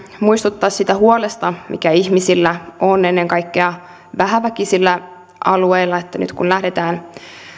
muistuttaa siitä huolesta mikä ihmisillä on ennen kaikkea vähäväkisillä alueilla että nyt kun lähdetään